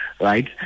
Right